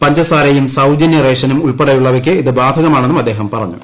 പഞ്ചസാരയും സൌജനൃറ്റേഷ്നും ഉൾപ്പെടെയുള്ളവയ്ക്ക് ഇത് ബാധകമാണെന്നും അദ്ദേഹം പറഞ്ഞു